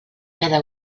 cada